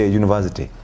university